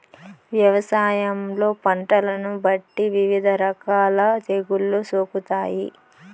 వ్యవసాయంలో పంటలను బట్టి వివిధ రకాల తెగుళ్ళు సోకుతాయి